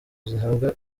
zihabwa